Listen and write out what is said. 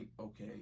okay